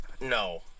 No